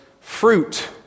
fruit